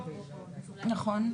נכון.